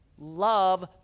love